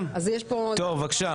טוב, בבקשה.